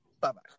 bye-bye